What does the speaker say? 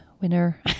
winner